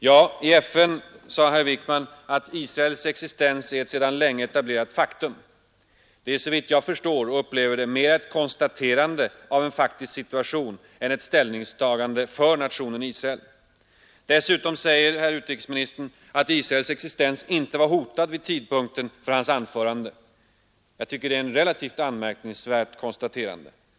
Ja, i FN sade herr Wickman att ”Israels existens är ett sedan länge etablerat faktum”. Det är, såvitt jag förstår, mera ett konstaterande av en faktisk situation än ett ställningstagande för nationen Israel. Dessutom säger herr utrikesministern att Israels existens inte var hotad vid tidpunkten för hans anförande. Jag tycker att det är ett relativt anmärkningsvärt konstaterande.